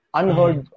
unheard